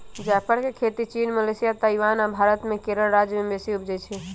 जाफर के खेती चीन, मलेशिया, ताइवान आ भारत मे केरल राज्य में बेशी उपजै छइ